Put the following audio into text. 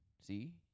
see